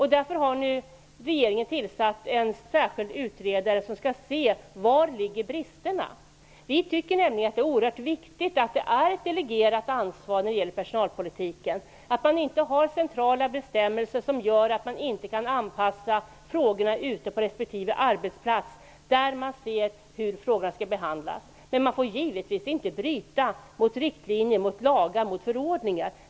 Regeringen har därför nu tillsatt en särskilt utredare, som skall se efter var bristerna ligger. Vi tycker nämligen att det är oerhört viktigt med ett delegerat ansvar för personalpolitiken. Det skall inte vara centrala bestämmelser som gör att frågorna inte kan anpassas ute på respektive arbetsplats, där man kan se hur frågorna skall behandlas, men man får givetvis inte bryta mot riktlinjer, lagar och förordningar.